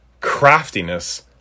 craftiness